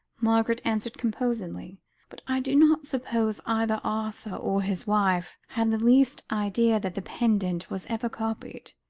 margaret answered composedly but i do not suppose either arthur or his wife have the least idea that the pendant was ever copied.